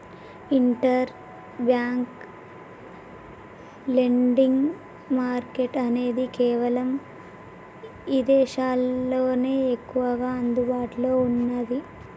inter bank lending market అనేది కేవలం ఇదేశాల్లోనే ఎక్కువగా అందుబాటులో ఉన్నాది